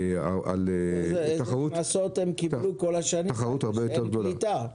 איזה קנסות הם קיבלו כל השנים כשאין קליטה?